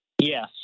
Yes